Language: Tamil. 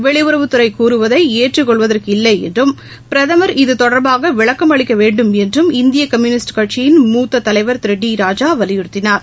வெளியுறவுத்துறை கூறுவதை ஏற்றுக் கொள்வதற்கில்லை என்றும் பிரதமர் இது தொடர்பாக விளக்கம் அளிக்க வேண்டுமென்றும் இந்திய கம்யுனிஸ்ட் கட்சியின் மூத்த தலைவர் திரு டி ராஜா வலியுறுத்தினார்